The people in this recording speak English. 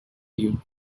you